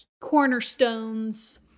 cornerstones